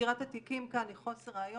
לסגירת התיקים כאן היא חוסר ראיות